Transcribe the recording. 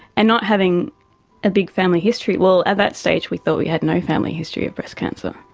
and not having a big family history, well, at that stage we thought we had no family history of breast cancer.